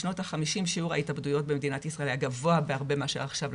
בשנות ה-50' שיעור ההתאבדויות במדינת ישראל היה גבוה בהרבה מאשר עכשיו.